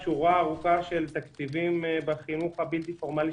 כולל שורה ארוכה של תקציבים בחינוך הבלתי פורמלי,